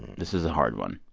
this is a hard one.